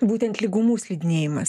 būtent lygumų slidinėjimas